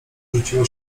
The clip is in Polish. rzuciło